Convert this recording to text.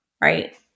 right